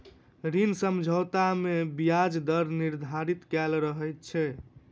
ऋण समझौता मे ब्याज दर निर्धारित कयल रहैत छै